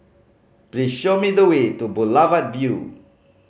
please show me the way to Boulevard Vue